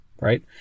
right